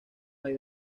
hay